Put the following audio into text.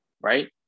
right